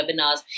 webinars